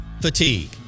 fatigue